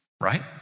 right